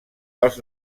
pels